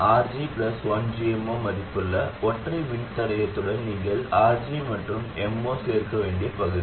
RG 1gm0 மதிப்புள்ள ஒற்றை மின்தடையத்துடன் நீங்கள் RG மற்றும் M0 சேர்க்கவேண்டிய பகுதி